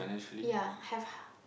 ya have